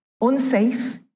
unsafe